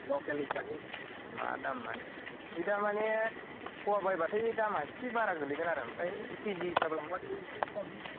लकेल हिसाबै मा दाम मानि इ दामाने फवा बायब्लाथाय दामा एसे बारा गोग्लैगोन आरो ओमफाय एक केजि हिसाब लांब्लासो एसे खम